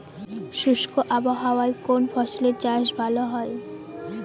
শুষ্ক আবহাওয়ায় কোন ফসলের চাষ ভালো হয়?